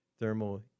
thermal